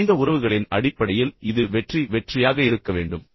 எனவே மனித உறவுகளின் அடிப்படையில் இது வெற்றி வெற்றியாக இருக்க வேண்டும்